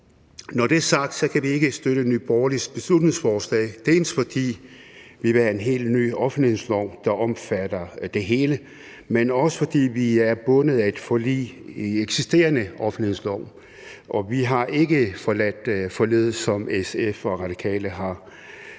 Når det er sagt, kan vi ikke støtte Nye Borgerliges beslutningsforslag, dels fordi vi vil have en helt ny offentlighedslov, der omfatter det hele, dels fordi vi er bundet af et forlig om den eksisterende offentlighedslov, og vi har ikke som SF og Radikale